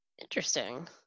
Interesting